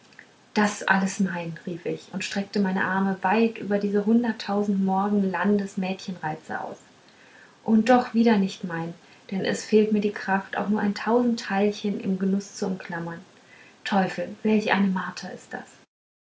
das alles mein rief ich und streckte meine arme weit über diese hunderttausend morgen landes mädchenreize aus und doch wieder nicht mein denn es fehlt mir die kraft auch nur ein tausendteilchen im genuß zu umklammern teufel welch eine marter ist das